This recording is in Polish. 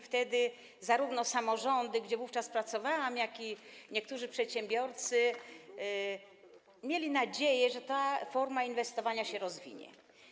Wtedy zarówno samorządy, gdzie wówczas pracowałam, jak i niektórzy przedsiębiorcy mieli nadzieję, że ta forma inwestowania się rozwinie.